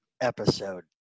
episode